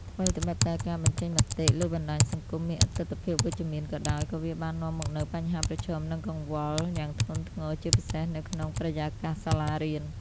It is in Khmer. ថ្វីត្បិតតែការបញ្ចេញមតិលើបណ្ដាញសង្គមមានទិដ្ឋភាពវិជ្ជមានក៏ដោយ ក៏វាបាននាំមកនូវ បញ្ហាប្រឈម និងកង្វល់ យ៉ាងធ្ងន់ធ្ងរ ជាពិសេសនៅក្នុងបរិយាកាសសាលារៀន។